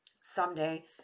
someday